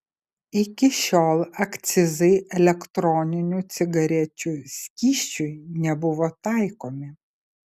iki šiol akcizai elektroninių cigarečių skysčiui nebuvo taikomi